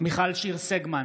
מיכל שיר סגמן.